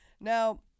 Now